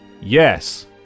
Yes